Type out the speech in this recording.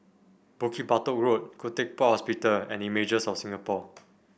Bukit Batok Road Khoo Teck Puat Hospital and Images of Singapore